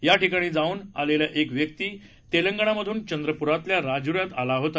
याठिकाणी जाऊन आलेला एक व्यक्ती तेलंगणामधून चंद्रप्रातल्या राज्ऱ्यात आला होता